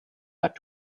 back